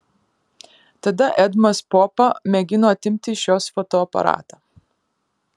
tada edmas popa mėgino atimti iš jos fotoaparatą